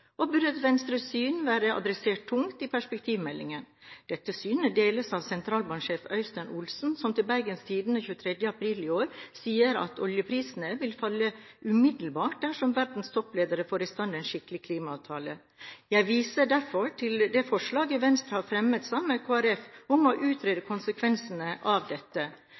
burde etter Venstres syn vært adressert tungt i perspektivmeldingen. Dette synet deles av sentralbanksjef Øystein Olsen, som til Bergens Tidende 23. april i år sier at oljeprisen vil falle umiddelbart dersom verdens toppledere får i stand en skikkelig klimaavtale. Jeg viser derfor til det forslaget Venstre har fremmet sammen med Kristelig Folkeparti om å utrede konsekvensene av dette.